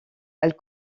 elle